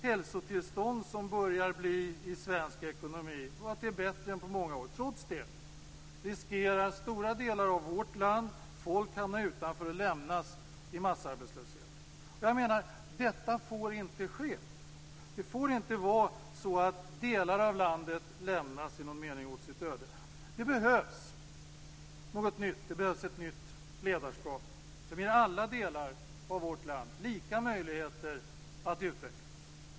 Trots att det är bättre än på många år i svensk ekonomi riskerar folk i stora delar av vårt land att hamna utanför och lämnas i massarbetslöshet. Detta får inte ske. Delar av landet får inte lämnas åt sitt öde. Det behövs något nytt, ett nytt ledarskap som ger alla delar i vårt land lika möjligheter att utvecklas.